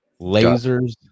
lasers